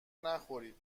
نخورید